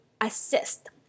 assist